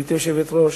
גברתי היושבת-ראש,